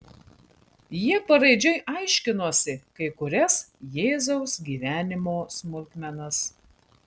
jie paraidžiui aiškinosi kai kurias jėzaus gyvenimo smulkmenas